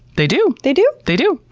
they do. they do? they do.